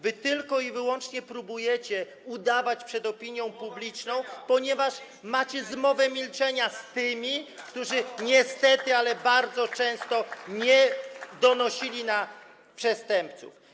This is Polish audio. Wy tylko i wyłącznie próbujecie udawać przed opinią publiczną, ponieważ macie zmowę milczenia z tymi, którzy niestety bardzo często nie donosili na przestępców.